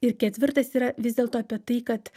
ir ketvirtas yra vis dėlto apie tai kad